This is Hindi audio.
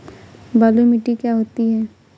बलुइ मिट्टी क्या होती हैं?